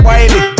Wiley